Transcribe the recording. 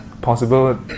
possible